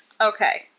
Okay